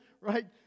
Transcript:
right